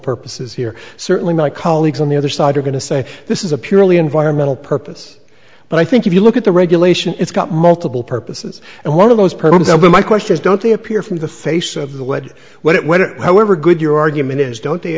purposes here certainly my colleagues on the other side are going to say this is a purely environmental purpose but i think if you look at the regulation it's got multiple purposes and one of those problems with my question is don't they appear from the face of the what what it where however good your argument is don't they